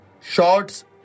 shorts